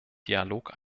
dialog